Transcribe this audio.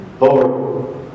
Lord